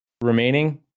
Remaining